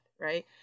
right